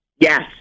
Yes